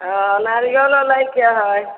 हँ नारिअलो लयके हए